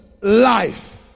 life